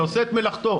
שעושה את מלאכתו,